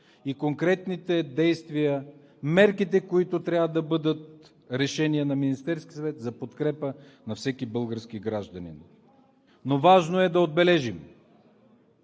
и конкретните действия, мерките, които трябва да бъдат решение на Министерския съвет, за подкрепа на всеки български гражданин. Важно е да отбележим,